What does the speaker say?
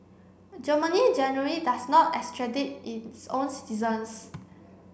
Germany generally does not its own citizens